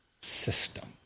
system